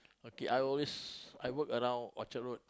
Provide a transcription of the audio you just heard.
okay I always work around Orchard-Road